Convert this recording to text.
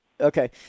Okay